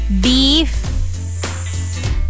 beef